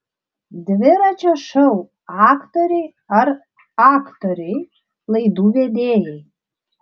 dviračio šou aktoriai ar aktoriai laidų vedėjai